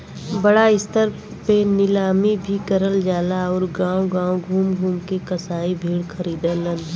बड़ा स्तर पे नीलामी भी करल जाला आउर गांव गांव घूम के भी कसाई भेड़ खरीदलन